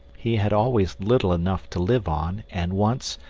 he had always little enough to live on, and once,